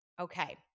Okay